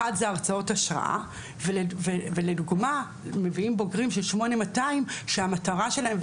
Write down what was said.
אחת זה הרצאות השראה ולדוגמה מביאים בוגרים של 8200 שהמטרה שלהם,